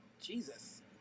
Jesus